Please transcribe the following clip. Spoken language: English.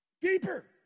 deeper